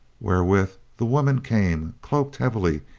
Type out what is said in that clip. wherewith the women came, cloaked heavily,